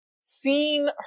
seen